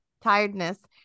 Tiredness